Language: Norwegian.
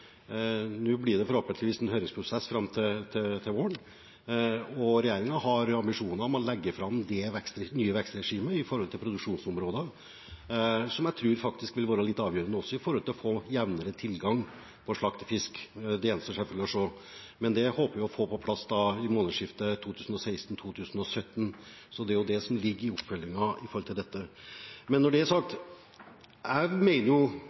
Nå blir det forhåpentligvis en høringsprosess fram til våren, og regjeringen har ambisjoner om å legge fram det nye vekstregimet, med hensyn til produksjonsområder, som jeg tror vil være avgjørende med tanke på å få jevnere tilgang på slaktefisk. Det gjenstår selvfølgelig å se, men dette håper vi å få på plass i årsskiftet 2016/2017. Så det er jo det som ligger i oppfølgingen her. Men når det er sagt: Jeg